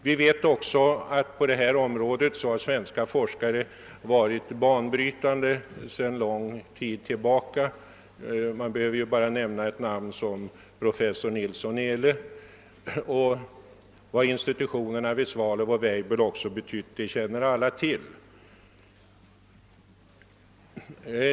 Vi vet också att svenska forskare varit banbrytande på detta område sedan lång tid tillbaka. Man behöver bara nämna ett sådant namn som professor Nilsson-Ehle:; Vad institutio nerna vid Weibullsholm och Svalöv betyder känner alla till.